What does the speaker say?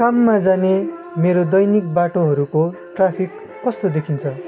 काममा जाने मेरो दैनिक बाटोहरूको ट्राफिक कस्तो देखिन्छ